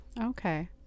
Okay